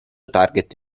target